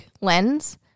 lens